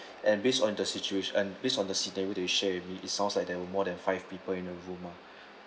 and based on the situation and based on the scenario that you shared with me it's sounds like there were more than five people in the room ah